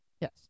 Yes